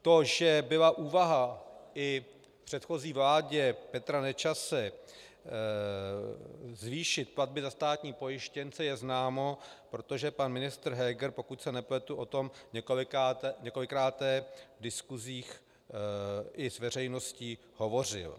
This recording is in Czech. To, že byla úvaha i v předchozí vládě Petra Nečase zvýšit platby za státní pojištěnce, je známo, protože pan ministr Heger, pokud se nepletu, o tom několikráte v diskusích i s veřejností hovořil.